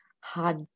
hard